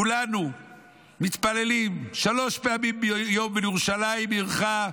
כולנו מתפללים שלוש פעמים ביום "בירושלים עירך",